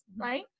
right